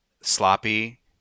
sloppy